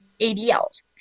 ADLs